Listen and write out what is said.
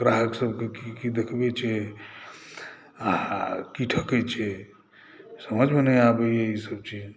ग्राहक सभकेँ की की देखबैत छै आ की ठकैत छै समझमे नहि आबैए ईसभ चीज